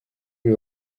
uyu